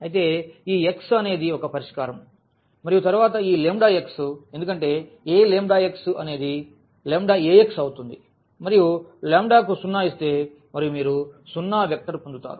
అయితే ఈ x అనేది ఒక పరిష్కారం మరియు తరువాత ఈ x ఎందుకంటే Aλx అనేది λAx అవుతుంది మరియు లాంబ్డా కు 0 ఇస్తే మరియు మీరు సున్నా వెక్టర్ పొందుతారు